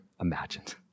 imagined